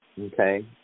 Okay